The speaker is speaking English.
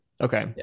Okay